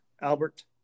Albert